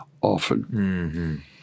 often